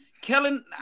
Kellen